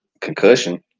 concussion